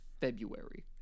February